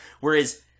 Whereas